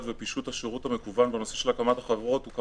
ופישוט השירות המקוון בנושא הקמת החברות הוא,